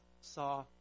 saw